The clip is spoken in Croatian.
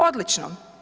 Odlično!